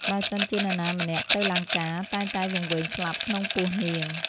បើសិនជានរណាម្នាក់ទៅលង្កា តែងតែវង្វេងស្លាប់ក្នុងពោះនាង។